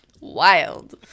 wild